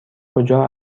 کجا